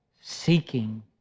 seeking